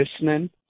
listening